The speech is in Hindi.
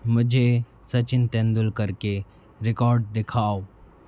मुझे सचिन तेंदुलकर के रिकॉर्ड दिखाओ